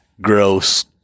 gross